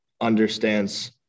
understands